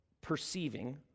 perceiving